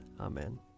Amen